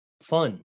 Fun